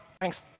thanks